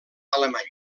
alemany